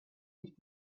nicht